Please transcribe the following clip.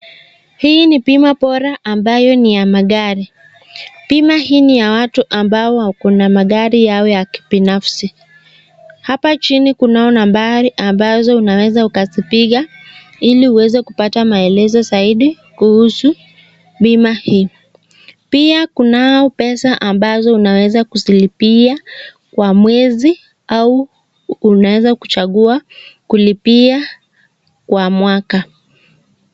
Hii ni bima bora ambayo ni ya magari. Bima hii ni ya watu ambao wako na magari yao kibinafsi. Hapa chini kunayo nambari ambazo unaweza ukazipiga ili uweze ukapata maelezo zaidi kuhusu bima hii. Pia kunao pesa ambazo unaweza kuzilipia kwa mwezi au unaweza kuchagua kulipia kwa mwaka.